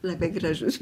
labai gražus